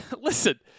listen